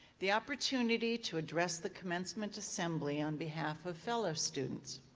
the opportunity to address the commencement assembly on behalf of fellow students.